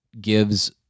gives